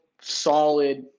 solid